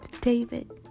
David